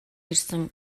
ирсэн